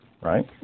right